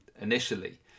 initially